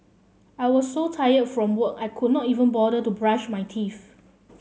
I was so tired from work I could not even bother to brush my teeth